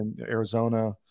Arizona